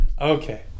Okay